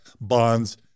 bonds